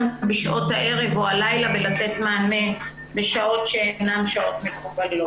בשעות היום והלילה ולתת מענה בשעות שהן אינן שעות מקובלות.